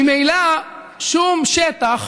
ממילא שום שטח